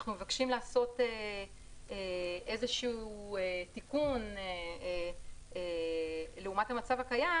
אנחנו מבקשים לעשות איזשהו תיקון לעומת המצב הקיים